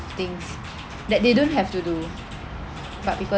things that they don't have to do but people